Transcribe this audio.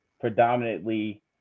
predominantly